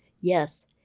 Yes